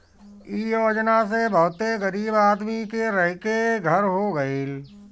इ योजना से बहुते गरीब आदमी के रहे के घर हो गइल